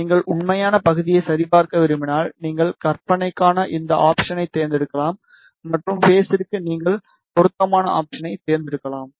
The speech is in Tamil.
நீங்கள் உண்மையான பகுதியை சரிபார்க்க விரும்பினால் நீங்கள் கற்பனைக்காக இந்த ஆப்ஷனை தேர்ந்தெடுக்கலாம் மற்றும் பேஸிற்கு நீங்கள் பொருத்தமான ஆப்ஷனை தேர்ந்தெடுக்கலாம்